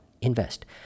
Invest